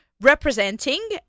representing